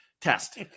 test